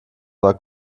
war